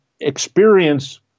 experience